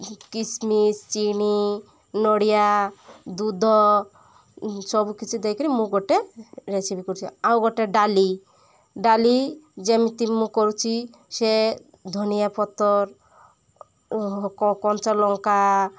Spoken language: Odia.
କିସମିସ୍ ଚିନି ନଡ଼ିଆ ଦୁଧ ସବୁକିଛି ଦେଇକିରି ମୁଁ ଗୋଟେ ରେସିପି କରୁଛି ଆଉ ଗୋଟେ ଡାଲି ଡାଲି ଯେମିତି ମୁଁ କରୁଛି ସେ ଧନିଆ ପତର କଞ୍ଚାଲଙ୍କା